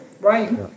right